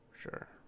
Sure